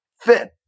fit